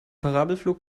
parabelflug